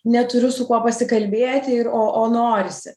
neturiu su kuo pasikalbėti ir o o norisi